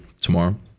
tomorrow